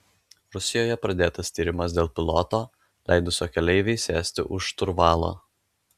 rusijoje pradėtas tyrimas dėl piloto leidusio keleivei sėsti už šturvalo